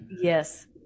Yes